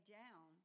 down